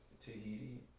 Tahiti